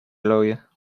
lawyer